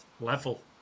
level